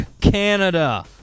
Canada